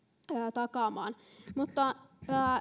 takaamaan mutta